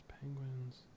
Penguins